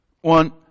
one